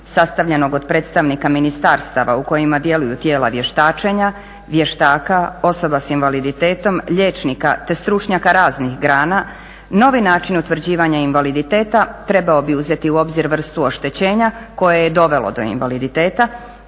sastavljenog od predstavnika ministarstava u kojima djeluju tijela vještačenja, vještaka, osoba sa invaliditetom, liječnika, te stručnjaka raznih grana novi način utvrđivanja invaliditeta trebao bi uzeti u obzir vrstu oštećenja koje je dovelo do invaliditeta,